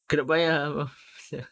kena bayar ah bof~ sia